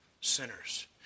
sinners